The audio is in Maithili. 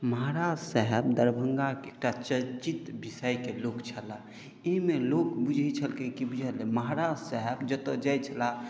महाराज साहेब दरभङ्गाके एकटा चर्चित विषयके लोक छलाह एहिमे लोक बुझै छलै कि बूझल अछि महाराज साहेब जतऽ जाइ छलाह